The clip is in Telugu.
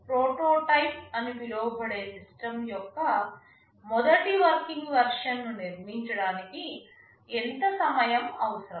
ప్రోటోటైప్ అని పిలువబడే సిస్టమ్ యొక్క మొదటి వర్కింగ్ వెర్షన్ను నిర్మించడానికి ఎంత సమయం అవసరం